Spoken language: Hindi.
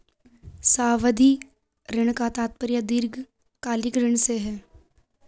सावधि ऋण का तात्पर्य दीर्घकालिक ऋण से है